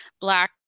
Black